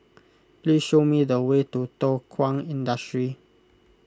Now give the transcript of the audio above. please show me the way to Thow Kwang Industry